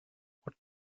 what